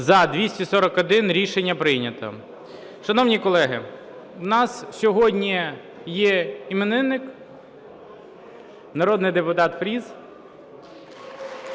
За-241 Рішення прийнято. Шановні колеги, в нас сьогодні є іменинник – народний депутат Фріс.